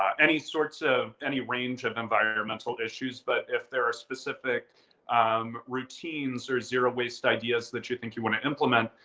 um any sorts of any range of environmental issues. but if there are specific um routines or zero-waste ideas that you think you want to implement,